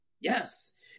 Yes